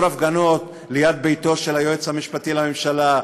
הפגנות ליד ביתו של היועץ המשפטי לממשלה.